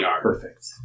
Perfect